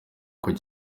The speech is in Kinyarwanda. kuba